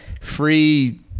free